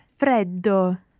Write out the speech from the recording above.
freddo